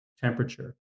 temperature